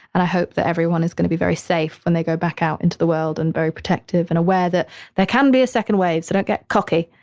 and i hope that everyone is gonna be very safe when they go back out into the world and very protective and aware that there can be a second wave. so don't get cocky.